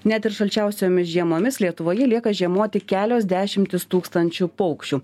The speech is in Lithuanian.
net ir šalčiausiomis žiemomis lietuvoje lieka žiemoti kelios dešimtys tūkstančių paukščių